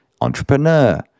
entrepreneur